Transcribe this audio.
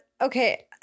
okay